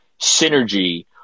synergy